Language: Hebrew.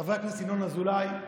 חבר הכנסת ינון אזולאי,